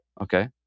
Okay